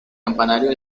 campanario